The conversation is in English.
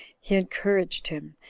he encouraged him,